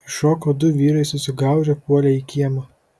iššoko du vyrai susigaužę puolė į kiemą